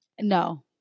No